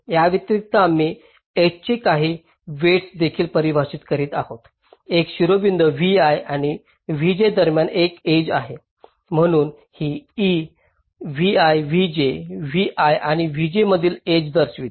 याव्यतिरिक्त आम्ही एज चे काही वेईटस देखील परिभाषित करीत आहोत एक शिरोबिंदू vi आणि vj दरम्यान एक एज आहे म्हणून ही e vi vj vi आणि vj मधील एज दर्शवते